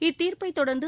இத்தீர்ப்பை தொடர்ந்து